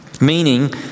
meaning